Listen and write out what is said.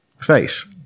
face